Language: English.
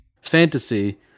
fantasy